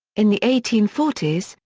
in the eighteen forty s,